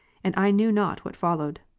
and i knew not what followed.